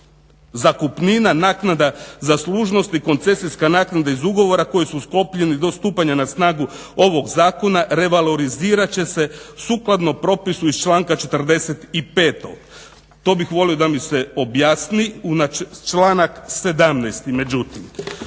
zakupnina, naknada zaslužnosti, koncesijska naknada iz ugovora koji su sklopljeni do stupanja na snagu ovog zakona revalorizirat će se sukladno propisu iz članka 45. To bih volio da mi se objasni. Članak 17., međutim